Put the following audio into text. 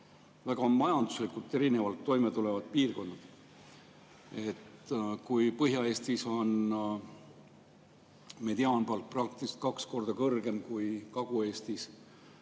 ja majanduslikult väga erinevalt toimetulevad piirkonnad. Põhja-Eestis on mediaanpalk praktiliselt kaks korda kõrgem kui Kagu-Eestis,